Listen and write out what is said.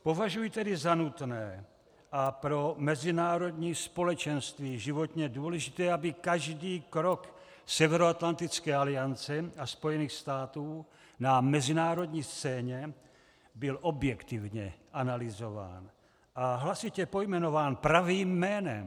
Považuji tedy za nutné a pro mezinárodní společenství životně důležité, aby každý krok Severoatlantické aliance a Spojených států amerických na mezinárodní scéně byl objektivně analyzován a hlasitě pojmenován pravým jménem.